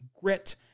grit